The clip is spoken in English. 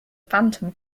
phantom